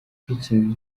kwikinira